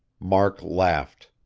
mark laughed.